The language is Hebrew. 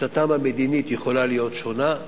משנתם המדינית יכולה להיות שונה,